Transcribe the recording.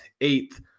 eighth